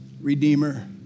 Redeemer